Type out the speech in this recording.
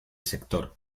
sector